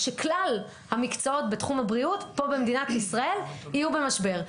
כשכלל המקצועות בתחום הבריאות פה במדינת ישראל יהיו במשבר.